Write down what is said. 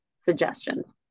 suggestions